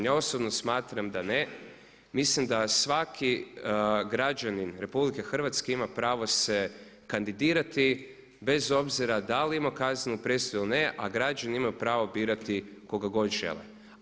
Ja osobno smatram da ne, mislim da svaki građanin Republike Hrvatske ima pravo se kandidirati bez obzira da li imao kaznenu presudu ili ne a građani imaju pravo birati koga god žele.